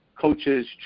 coaches